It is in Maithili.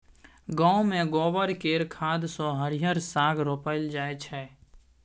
गांव मे गोबर केर खाद सँ हरिहर साग रोपल जाई छै